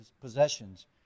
possessions